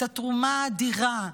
את התרומה האדירה,